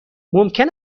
ممکن